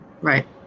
Right